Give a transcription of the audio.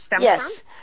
Yes